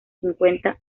cincuenta